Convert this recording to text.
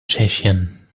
tschechien